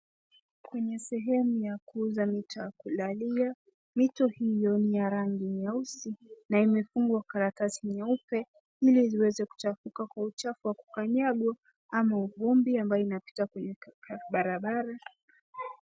Kwenye sehemu ya kuuza mito ya kulalia. Mito hiyo ni ya rangi nyeusi na imefungwa karatasi nyeupe ili zisiweze kuchafuka kwa uchafu wa kukanyagwa ama vumbi ambayo inapita kwenye barabara.